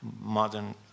modern